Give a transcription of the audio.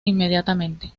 inmediatamente